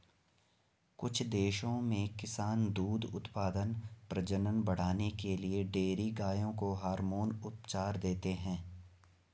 कुछ देशों में किसान दूध उत्पादन, प्रजनन बढ़ाने के लिए डेयरी गायों को हार्मोन उपचार देते हैं